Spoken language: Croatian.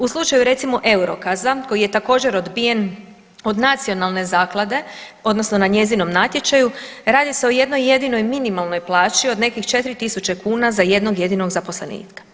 U slučaju recimo Eurokaza koji je također odbijen od nacionalne zaklade odnosno na njezinom natječaju, radi se o jednoj jedinoj minimalnoj plaći od nekih 4.000 kuna za jednog jedinog zaposlenika.